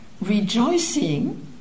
rejoicing